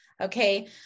Okay